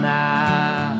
now